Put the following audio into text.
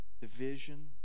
Division